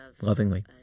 lovingly